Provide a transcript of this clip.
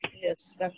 Yes